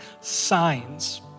signs